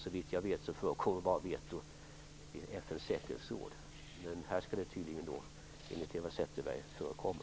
Såvitt jag vet förekommer vetorätt bara i FN:s säkerhetsråd. Men här skall det tydligen förekomma, enligt Eva